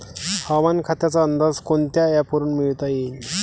हवामान खात्याचा अंदाज कोनच्या ॲपवरुन मिळवता येईन?